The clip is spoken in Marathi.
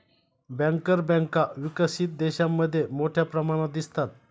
बँकर बँका विकसित देशांमध्ये मोठ्या प्रमाणात दिसतात